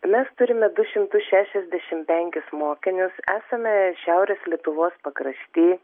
mes turime du šimtus šešiasdešim penkis mokinius esame šiaurės lietuvos pakrašty